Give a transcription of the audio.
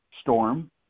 storm